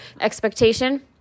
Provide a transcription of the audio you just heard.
expectation